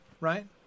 right